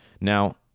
Now